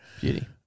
Beauty